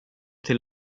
till